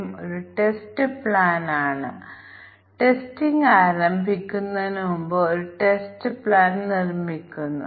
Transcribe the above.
ഞങ്ങൾ അവരെ സ്വതന്ത്രമായി പരിഗണിക്കുകയാണെങ്കിൽ വിദ്യാഭ്യാസ വർഷങ്ങളിൽ ഞങ്ങൾക്ക് 5 ഉം പ്രായത്തിന് 5 ഉം ആവശ്യമാണ്